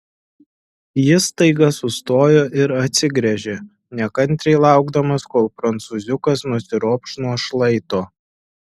jis staiga sustojo ir atsigręžė nekantriai laukdamas kol prancūziukas nusiropš nuo šlaito